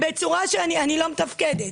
רוצים אותי בצורה שאני לא מתפקדת.